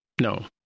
No